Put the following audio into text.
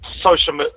social